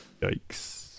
Yikes